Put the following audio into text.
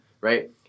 right